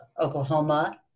Oklahoma